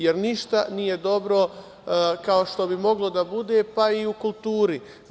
Jer ništa nije dobro kao što bi moglo da bude, pa i u kulturi.